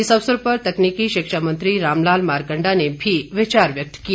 इस अवसर पर तकनीकी शिक्षा मंत्री रामलाल मारकंडा ने भी विचार व्यक्त किए